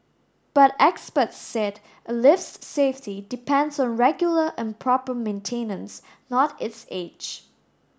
but experts said a lift's safety depends on regular and proper maintenance not its age